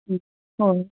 ꯎꯝ ꯍꯣꯏ